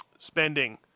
spending